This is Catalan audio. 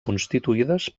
constituïdes